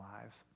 lives